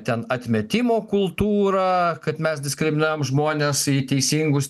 ten atmetimo kultūrą kad mes diskriminavom žmones į teisingus